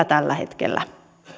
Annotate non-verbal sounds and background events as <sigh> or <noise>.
<unintelligible> tällä hetkellä